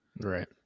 Right